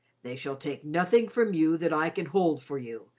they shall take nothing from you that i can hold for you,